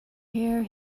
hair